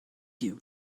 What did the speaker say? you